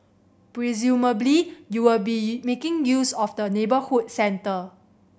presumably you will be making use of the neighbourhood centre